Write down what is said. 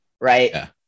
right